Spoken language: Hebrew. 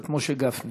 יעלה